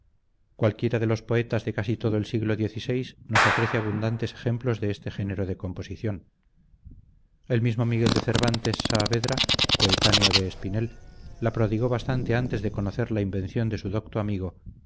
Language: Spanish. cualquiera de los poetas de casi todo el siglo xvi nos ofrece abundantes ejemplos de este género de composicion el mismo miguel de cervantes saavedra coetáneo de espinel la prodigó bastante antes de conocer la invención de su docto amigo